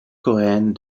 coréennes